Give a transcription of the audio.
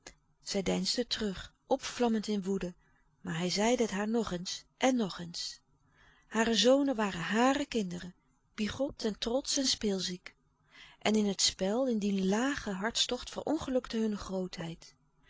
zij deinsde terug opvlammend in woede maar hij zeide het haar nog eens en nog eens hare zonen waren hàre kinderen bigot en trotsch en speelziek en in het spel in dien lagen hartstocht verongelukte hunne grootheid